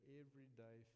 everyday